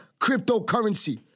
cryptocurrency